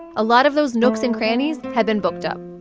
a lot of those nooks and crannies had been booked up